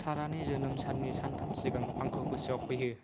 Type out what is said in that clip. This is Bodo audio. सारानि जोनोम साननि सानथाम सिगां आंखौ गोसोआव फैहो